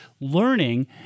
learning